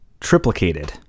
triplicated